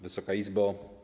Wysoka Izbo!